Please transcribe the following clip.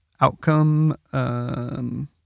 Outcome